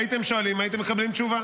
הייתם שואלים, הייתם מקבלים תשובה.